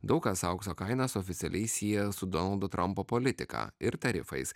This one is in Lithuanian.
daug kas aukso kainas oficialiai sieja su donaldo trampo politika ir tarifais